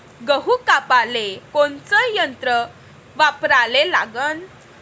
गहू कापाले कोनचं यंत्र वापराले लागन?